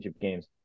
games